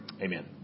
Amen